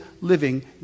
living